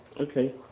Okay